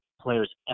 player's